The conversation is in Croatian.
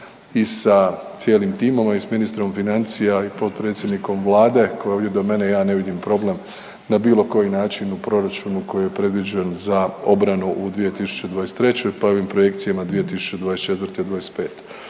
i sa cijelim timom, a i s ministrom financija, a i potpredsjednikom vlade koji je ovdje do mene ja ne vidim problem na bilo koji način u proračunu koji je predviđen za obranu u 2023. po ovim projekcijama 2024.-'25.